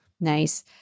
Nice